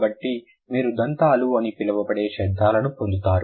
కాబట్టి మీరు దంతాలు అని పిలువబడే శబ్దాలను పొందుతారు